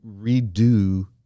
redo